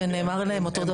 ונאמר להם אותו דבר.